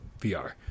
VR